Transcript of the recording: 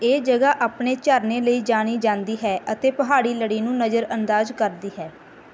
ਇਹ ਜਗ੍ਹਾ ਆਪਣੇ ਝਰਨੇ ਲਈ ਜਾਣੀ ਜਾਂਦੀ ਹੈ ਅਤੇ ਪਹਾੜੀ ਲੜੀ ਨੂੰ ਨਜ਼ਰ ਅੰਦਾਜ਼ ਕਰਦੀ ਹੈ